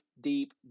deep